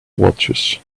watches